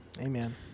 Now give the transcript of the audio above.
Amen